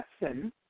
lesson